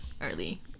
early